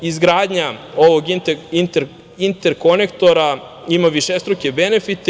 Izgradnja ovog interkonektora ima višestruke benefite.